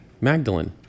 Magdalene